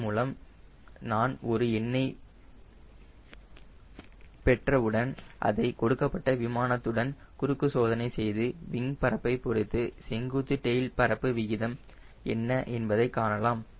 இதன் மூலம் நான் ஒரு எண்ணை பெற்ற உடன் அதை கொடுக்கப்பட்ட விமானத்துடன் குறுக்கு சோதனை செய்து விங் பரப்பை பொருத்து செங்குத்து டெயில் பரப்பு விகிதம் என்ன என்பதை காணலாம்